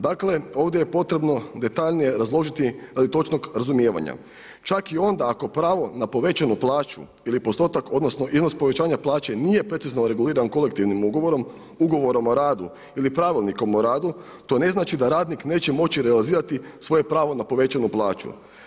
Dakle, ovdje je potrebno detaljnije razložiti ali točnog razumijevanja čak i onda ako pravo na povećanu plaću ili postotak odnosno iznos povećanja plaće nije precizno reguliran kolektivnim ugovorom, ugovorom o radu ili pravilnikom o radu, to znači da radnik neće moći realizirati svoje pravo na povećanu plaću.